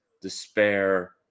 despair